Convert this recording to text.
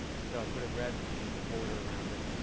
so i put a red border around it.